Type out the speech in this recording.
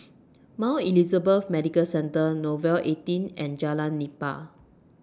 Mount Elizabeth Medical Centre Nouvel eighteen and Jalan Nipah